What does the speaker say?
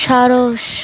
সারস